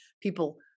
people